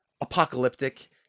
Apocalyptic